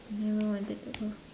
never wanted to go